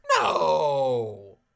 No